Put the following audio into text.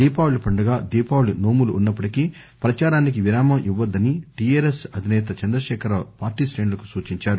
దీపావళి పండుగ దీపావళి నోములు ఉన్నప్పటికీ ప్రదారానికి విరామం ఇవ్వవద్దని టిఆర్ఎస్ అధినేత చంద్రశేఖర రావు పార్లీ శ్రేణులకు సూచించారు